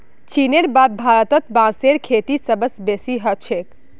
चीनेर बाद भारतत बांसेर खेती सबस बेसी ह छेक